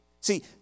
See